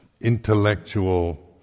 intellectual